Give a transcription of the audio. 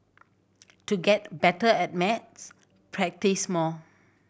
to get better at maths practise more